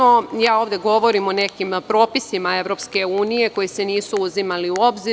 Ovde govorim o nekim propisima EU koji se nisu uzimali u obzir.